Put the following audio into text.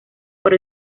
por